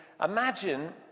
imagine